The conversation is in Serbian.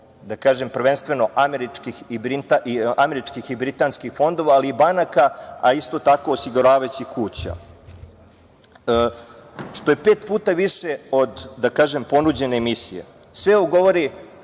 da kažem prvenstveno, američkih i britanskih fondova ali i banaka a isto tako osiguravajućih kuća, što je pet puta više od ponuđene emisije. Sve ovo govori